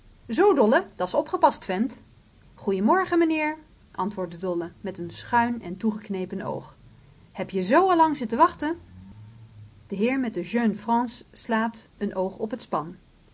zoo dolle dat's opgepast vent goeie morgen menheer antwoordt de dolle met een schuin en toegenepen oog heb je z allang zitten wachten de heer met de jeune france slaat een oog op het